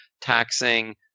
taxing